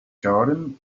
garden